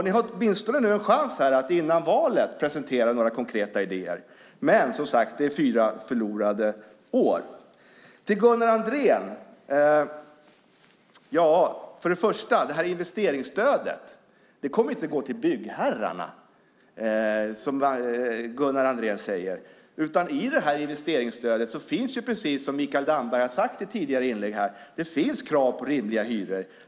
Ni har åtminstone en chans att presentera konkreta idéer före valet. Men som sagt är det fyra förlorade år. Investeringsstödet kommer inte att gå till byggherrarna, som Gunnar Andrén säger. I investeringsstödet finns, precis som Mikael Damberg har sagt i ett tidigare inlägg, krav på rimliga hyror.